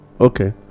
okay